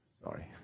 sorry